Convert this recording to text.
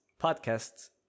podcasts